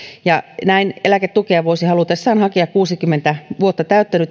ja näin eläketukea voisi halutessaan hakea kuusikymmentä vuotta täyttänyt